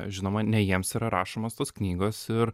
žinoma ne jiems yra rašomos tos knygos ir